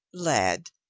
lad,